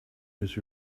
was